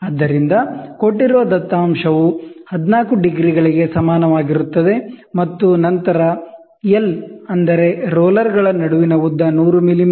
ಆದ್ದರಿಂದ ಕೊಟ್ಟಿರುವ ದತ್ತಾಂಶವು 14 ಡಿಗ್ರಿಗಳಿಗೆ ಸಮಾನವಾಗಿರುತ್ತದೆ ಮತ್ತು ನಂತರ ಎಲ್ ಎಂದರೆ ರೋಲರ್ಗಳ ನಡುವಿನ ಉದ್ದ 100 ಮಿಲಿಮೀಟರ್